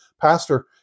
pastor